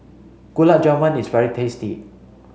Gulab Jamun is very tasty